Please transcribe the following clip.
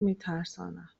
میترساند